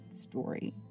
story